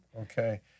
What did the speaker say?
Okay